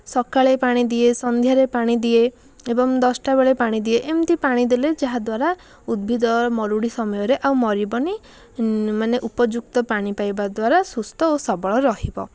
ସକାଳେ ପାଣି ଦିଏ ସନ୍ଧ୍ୟାରେ ପାଣି ଦିଏ ଏବଂ ଦଶଟା ବେଳେ ପାଣି ଦିଏ ଏମିତି ପାଣି ଦେଲେ ଯାହାଦ୍ଵାରା ଉଦ୍ଭିଦ ମରୁଡ଼ି ସମୟରେ ଆଉ ମରିବନି ମାନେ ଉପଯୁକ୍ତ ପାଣି ପାଇବା ଦ୍ଵାରା ସୁସ୍ଥ ଓ ସବଳ ରହିବ